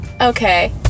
okay